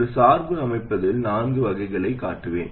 ஒரு சார்பு அமைப்பதில் நான்கு வகைகளையும் காட்டுவேன்